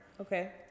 okay